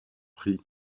prix